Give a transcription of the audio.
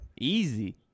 easy